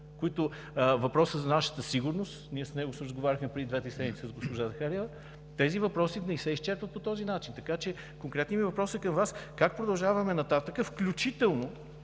въпроса за нашата сигурност, ние по него си разговаряхме преди две-три седмици с госпожа Захариева. Тези въпроси не се изчерпват по този начин. Така че конкретният ми въпрос към Вас е: как продължаваме нататък, включително